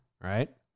right